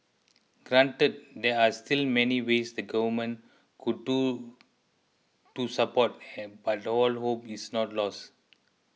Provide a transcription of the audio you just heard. granted there are still many ways the government could do to support and but all hope is not lost